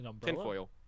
Tinfoil